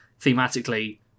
thematically